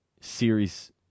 series